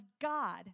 God